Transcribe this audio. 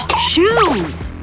shoes!